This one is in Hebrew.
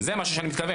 לזה אני מתכוון.